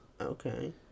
okay